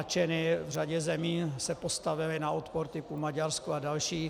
V řadě zemí se postavili na odpor typu Maďarsko a další.